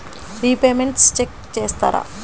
Repayments check చేస్తారా?